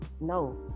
no